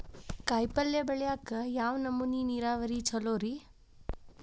ಕಾಯಿಪಲ್ಯ ಬೆಳಿಯಾಕ ಯಾವ್ ನಮೂನಿ ನೇರಾವರಿ ಛಲೋ ರಿ?